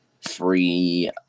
Free